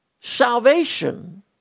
salvation